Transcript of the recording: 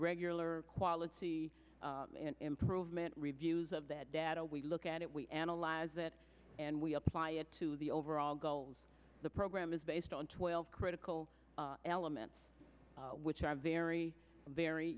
regular quality improvement reviews of that data we look at it we analyze it and we apply it to the overall goals the program is based on twelve critical elements which are very very